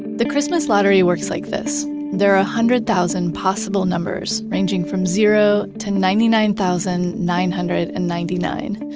the christmas lottery works like this there are one hundred thousand possible numbers, ranging from zero to ninety nine thousand nine hundred and ninety nine.